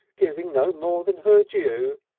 giving no more than her due.